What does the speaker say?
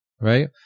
right